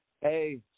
Hey